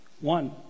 One